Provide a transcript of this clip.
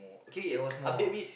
there was more